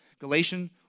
Galatians